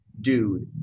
dude